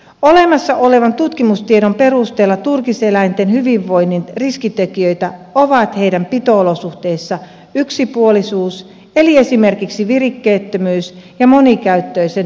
olemassa olevan tutkimustiedon perusteella turkiseläinten hyvinvoinnin riskitekijöitä ovat niiden pito olosuhteissa yksipuolisuus eli esimerkiksi virikkeettömyys ja monikäyttöisen tilan puute